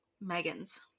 Megan's